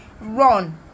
Run